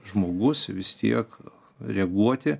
žmogus vis tiek reaguoti